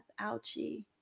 Ouchie